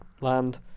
land